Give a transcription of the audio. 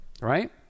Right